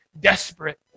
Desperate